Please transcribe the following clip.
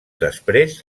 després